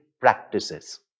practices